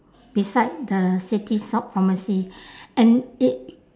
beside the city shop pharmacy and it